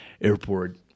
airport